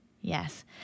Yes